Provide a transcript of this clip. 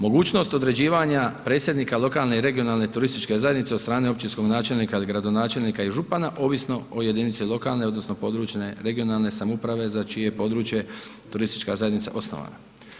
Mogućnost određivanja predsjednika lokalne i regionalne turističke zajednice od strane općinskog načelnika ili gradonačelnika i župana, ovisno o jedinici lokalne, odnosno područne (regionalne) samouprave, za čije je područje turistička zajednica osnovana.